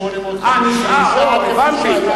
אה, נשאר, הבנתי.